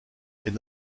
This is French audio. est